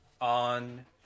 on